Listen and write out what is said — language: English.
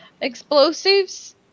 explosives